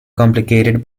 complicated